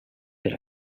per